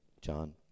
john